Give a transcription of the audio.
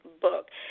book